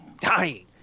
dying